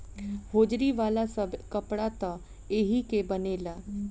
hosiery वाला सब कपड़ा त एही के बनेला